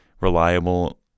reliable